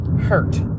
hurt